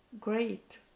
great